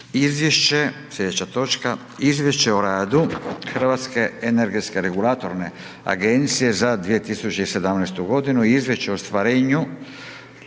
Gordan (HDZ)** Izvješće o radu Hrvatske energetske regulatorne agencije za 2017. godinu i Izvješće o ostvarenju